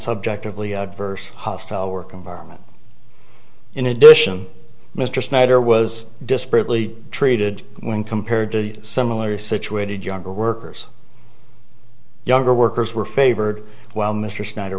subjectively adverse hostile work environment in addition mr snyder was disparate really treated when compared to the similar situated younger workers younger workers were favored while mr snyder